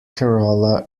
kerala